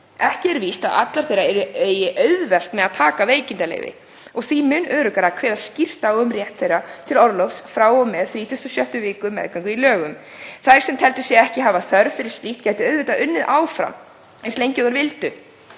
Ekki er víst að allar þeirra eigi auðvelt með að taka veikindaleyfi og því mun öruggara að kveða skýrt á um rétt þeirra til orlofs frá og með 36. viku meðgöngu í lögum. Þær sem teldu sig ekki hafa þörf fyrir slíkt gætu auðvitað unnið áfram eins lengi og þær vildu.